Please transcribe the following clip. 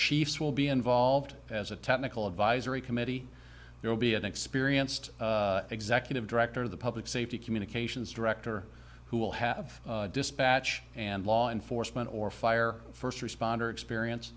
chiefs will be involved as a technical advisory committee there will be an experienced executive director of the public safety communications director who will have dispatch and law enforcement or fire first responder experience